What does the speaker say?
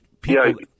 people